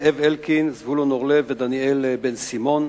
זאב אלקין, זבולון אורלב ודניאל בן-סימון.